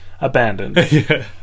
abandoned